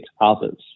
others